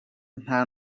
nta